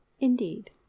Indeed